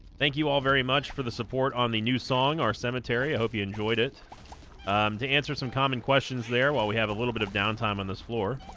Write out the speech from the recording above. thank you all very much for the support on the new song our cemetery i hope you enjoyed it to answer some common questions there while we have a little bit of downtime on this floor